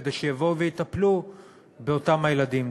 כדי שיבואו ויטפלו באותם הילדים.